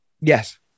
Yes